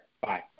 Bye